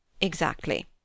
Exactly